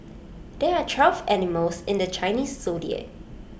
there are twelve animals in the Chinese Zodiac